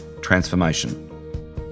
transformation